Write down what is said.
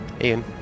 Ian